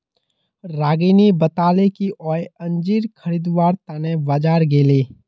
रागिनी बताले कि वई अंजीर खरीदवार त न बाजार गेले